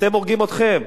אתם הורגים אתכם.